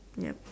ya